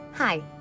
Hi